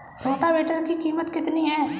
Rotavator की कीमत कितनी है?